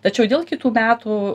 tačiau dėl kitų metų